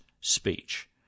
speech